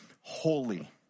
holy